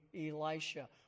Elisha